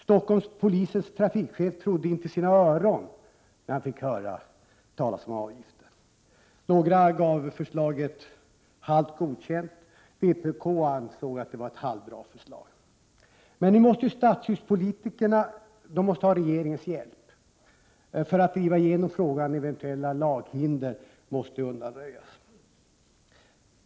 Stockholmspolisens trafikchef trodde inte sina öron, när han fick höra talas om avgiften. Några gav förslaget halvt godkänt. Vpk ansåg att det var ett ”halvbra” förslag. Men nu måste stadshuspolitikerna ha regeringens hjälp för att driva igenom frågan, eftersom eventuella laghinder måste undanröjas.